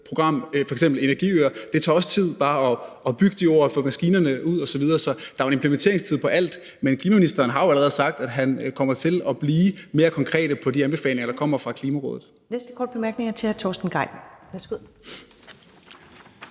program, f.eks. energiøer. Det tager også tid bare at bygge de øer og få maskinerne derud osv. Så der er jo en implementeringstid på alt. Men klimaministeren har jo allerede sagt, at han kommer til at blive mere konkret på de anbefalinger, der kommer fra Klimarådet.